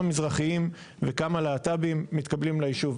מזרחיים וכמה להט"בים מתקבלים לישוב.